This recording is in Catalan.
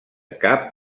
cap